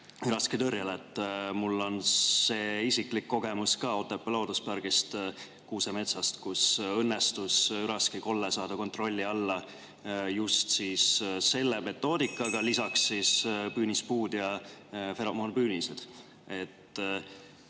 üraskitõrjele. Mul on see isiklik kogemus ka Otepää looduspargi kuusemetsast, kus õnnestus üraskikolle saada kontrolli alla just selle metoodikaga, lisaks püünispuud ja feromoonpüünised.